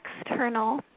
external